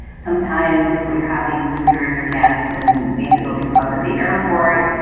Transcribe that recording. sometimes if we're having visitors or guests and we have to go pick them up at the airport.